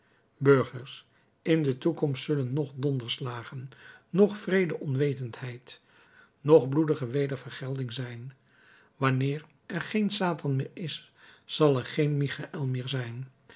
burgers in de toekomst zullen noch donderslagen noch wreede onwetendheid noch bloedige wedervergelding zijn wanneer er geen satan meer is zal er geen michaël meer zijn